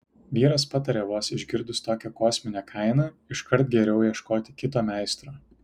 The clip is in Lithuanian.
vyras patarė vos išgirdus tokią kosminę kainą iškart geriau ieškoti kito meistro